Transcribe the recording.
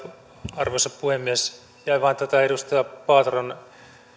arvoisa puhemies jäin vain tätä edustaja paateron